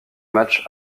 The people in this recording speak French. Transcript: match